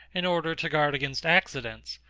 in order to guard against accidents,